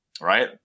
Right